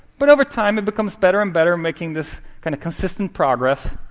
but over time, it becomes better and better, making this kind of consistent progress.